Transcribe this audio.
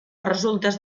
resultes